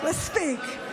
מספיק.